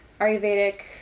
ayurvedic